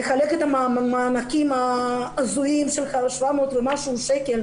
לחלק את המענקים ההזויים של 700 ומשהו שקל,